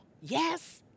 Yes